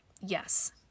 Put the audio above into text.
yes